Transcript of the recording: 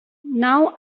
now